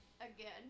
Again